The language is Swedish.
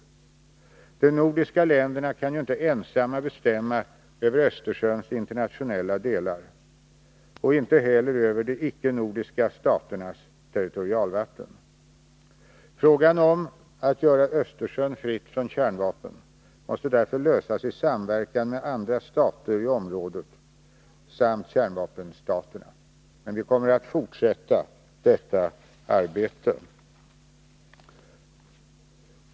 De nordiska länderna kan ju inte ensamma bestämma över Östersjöns internationella delar och icke heller över de icke-nordiska staternas territorialvatten. Frågan om att göra Östersjön fritt från kärnvapen måste därför lösas i samverkan med andra stater i området samt kärnvapenstaterna. Men vi kommer att fortsätta det arbetet.